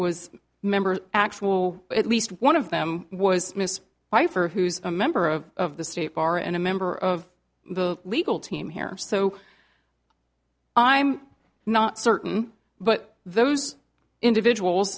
a member actual at least one of them was missed by for who's a member of the state bar and a member of the legal team here so i'm not certain but those individuals